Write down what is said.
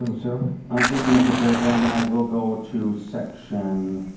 and lucero thank you mr. chair. then i will go to section